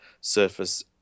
surface